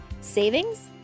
Savings